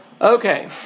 Okay